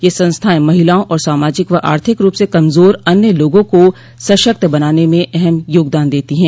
यह संस्थाएं महिलाओं और सामाजिक व आर्थिक रूप से कमजोर अन्य लोगों को सशक्त बनाने में अहम योगदान देती हैं